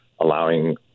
allowing